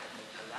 אז יוסיפו אותך.